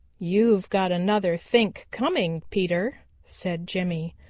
you've got another think coming, peter, said jimmy.